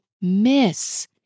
miss